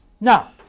Now